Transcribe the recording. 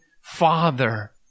Father